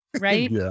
right